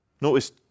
notice